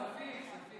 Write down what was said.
כספים.